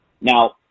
Now